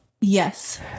Yes